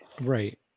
Right